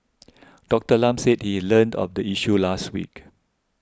Doctor Lam said he learnt of the issue last week